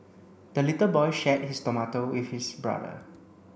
the little boy shared his tomato with his brother